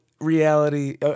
reality